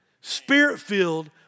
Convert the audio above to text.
spirit-filled